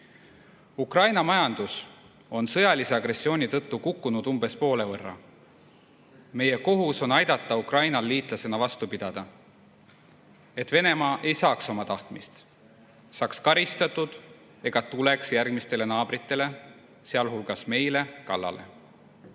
Ukraina majandus on sõjalise agressiooni tõttu kukkunud umbes poole võrra. Meie kohus on aidata Ukrainal liitlasena vastu pidada, et Venemaa ei saaks oma tahtmist, saaks karistatud ega tuleks järgmistele naabritele, sealhulgas meile, kallale.